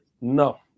No